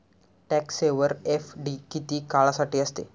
Tax saver FD किती काळासाठी असते?